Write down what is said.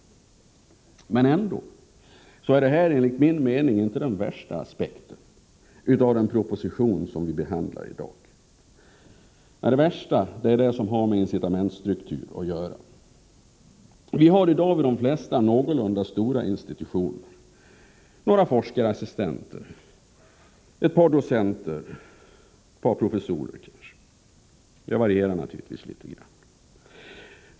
Ändå är, enligt min mening, det här inte den allra värsta aspekten av den — Nr 62 proposition som vi i dag behandlar. Det värsta är dess betydelse för incitamentsstrukturen. Vi har i dag vid de flesta någorlunda stora institutioner några forskarassistenter, ett par docenter och kanske ett par professorer. Antalet varierar naturligtvis litet grand.